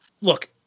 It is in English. look